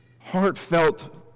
heartfelt